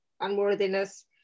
unworthiness